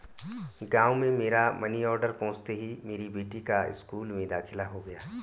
गांव में मेरा मनी ऑर्डर पहुंचते ही मेरी बेटी का स्कूल में दाखिला हो गया